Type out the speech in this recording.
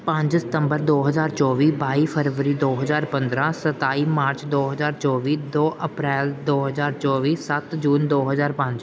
ਪੰਜ ਸਤੰਬਰ ਦੋ ਹਜ਼ਾਰ ਚੌਵੀ ਬਾਈ ਫਰਵਰੀ ਦੋ ਹਜ਼ਾਰ ਪੰਦਰਾਂ ਸਤਾਈ ਮਾਰਚ ਦੋ ਹਜ਼ਾਰ ਚੌਵੀ ਦੋ ਅਪ੍ਰੈਲ ਦੋ ਹਜ਼ਾਰ ਚੌਵੀ ਸੱਤ ਜੂਨ ਦੋ ਹਜ਼ਾਰ ਪੰਜ